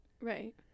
Right